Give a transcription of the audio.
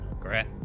Great